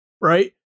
right